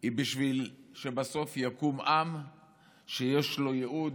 הוא בשביל שבסוף יקום עם שיש לו ייעוד,